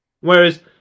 Whereas